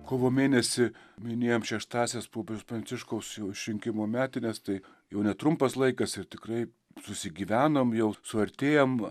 kovo mėnesį minėjom šeštąsias popiežiaus pranciškaus išrinkimo metines tai jau netrumpas laikas ir tikrai susigyvenom jau suartėjam